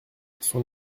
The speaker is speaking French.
son